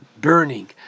burning